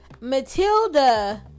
Matilda